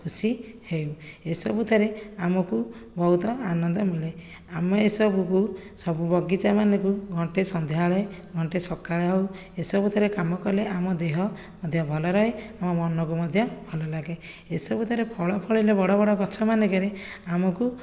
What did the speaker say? ଖୁସି ହେଉ ଏସବୁଥିରେ ଆମକୁ ବହୁତ ଆନନ୍ଦ ମିଳେ ଆମେ ଏସବୁକୁ ସବୁ ବଗିଚାମାନଙ୍କୁ ଘଣ୍ଟାଏ ସନ୍ଧ୍ୟା ବେଳେ ଘଣ୍ଟାଏ ସକାଳେ ହେଉ ଏସବୁଥିରେ କାମ କଲେ ଆମ ଦେହ ମଧ୍ୟ ଭଲ ରୁହେ ଆମ ମନକୁ ମଧ୍ୟ ଭଲ ଲାଗେ ଏସବୁଥିରେ ଫଳ ଫଳିଲେ ବଡ଼ ବଡ଼ ଗଛ ମାନଙ୍କରେ ଆମକୁ